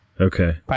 Okay